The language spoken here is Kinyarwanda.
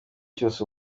cyose